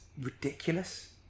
ridiculous